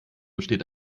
besteht